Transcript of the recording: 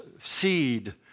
seed